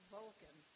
Vulcan